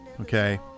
Okay